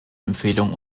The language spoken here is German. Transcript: empfehlungen